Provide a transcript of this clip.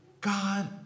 God